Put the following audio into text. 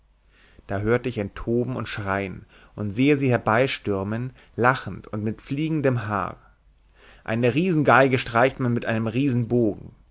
da höre ich ein toben und schreien und sehe sie herstürmen lachend und mit fliegendem haar eine riesengeige streicht man mit einem